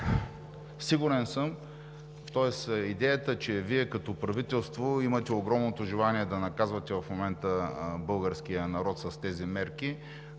инженерство. Идеята, че Вие като правителство имате огромното желание да наказвате в момента българския народ с тези мерки,